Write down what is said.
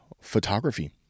photography